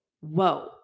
whoa